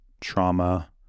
trauma